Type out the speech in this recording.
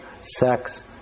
sex